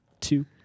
Two